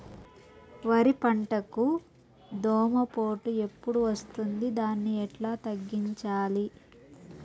వరి పంటకు దోమపోటు ఎప్పుడు వస్తుంది దాన్ని ఎట్లా తగ్గించాలి?